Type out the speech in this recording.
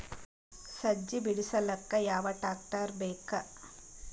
ಸಜ್ಜಿ ಬಿಡಿಸಿಲಕ ಯಾವ ಟ್ರಾಕ್ಟರ್ ಬೇಕ?